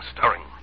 stirring